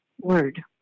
word